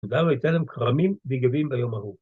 יהודה ויתן להם כרמים ויגבים ביום ההוא.